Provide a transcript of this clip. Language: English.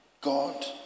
God